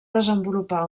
desenvolupar